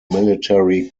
military